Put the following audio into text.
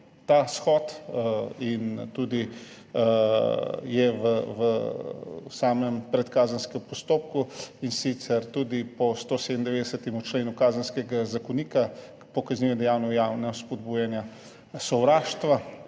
ta shod in tudi je v samem predkazenskem postopku, in sicer tudi po 197. členu Kazenskega zakonika po kaznivem dejanju javnega spodbujanja sovraštva,